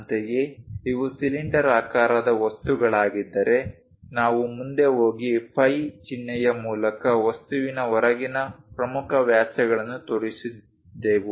ಅಂತೆಯೇ ಇವು ಸಿಲಿಂಡರಾಕಾರದ ವಸ್ತುಗಳಾಗಿದ್ದರೆ ನಾವು ಮುಂದೆ ಹೋಗಿ ಫೈ ಚಿಹ್ನೆಯ ಮೂಲಕ ವಸ್ತುವಿನ ಹೊರಗಿನ ಪ್ರಮುಖ ವ್ಯಾಸಗಳನ್ನು ತೋರಿಸಿದೆವು